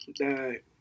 right